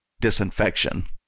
disinfection